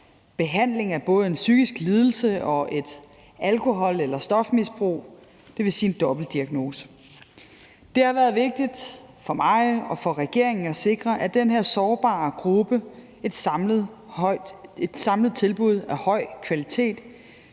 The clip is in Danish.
behandling af både en psykisk lidelse og et alkohol- eller stofmisbrug, dvs. dem, som har en dobbeltdiagnose. Det har været vigtigt for mig og for regeringen at sikre den her sårbare gruppe et samlet tilbud af høj kvalitet,